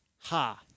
Ha